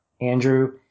Andrew